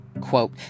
quote